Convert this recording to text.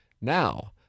Now